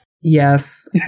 Yes